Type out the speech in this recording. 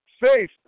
Faith